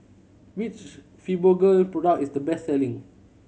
which Fibogel product is the best selling